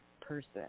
person